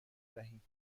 دهیم